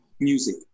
music